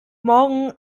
morgen